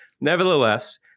nevertheless